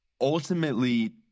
ultimately